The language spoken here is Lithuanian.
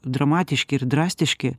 dramatiški ir drastiški